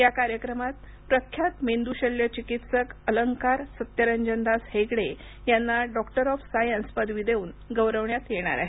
या कार्यक्रमात प्रख्यात मेंदूशल्य चिकित्सक अलंकार सत्यरंजनदास हेगडे यांना डॉक्टर ऑफ सायन्स पदवी देऊन गौरवण्यात येणार आहे